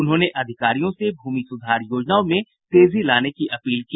उन्होंने अधिकारियों से भूमि सुधार योजनाओं में तेजी लाने की अपील की